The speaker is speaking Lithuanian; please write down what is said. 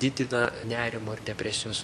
didina nerimo ir depresijos